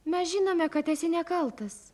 mes žinome kad esi nekaltas